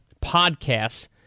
podcasts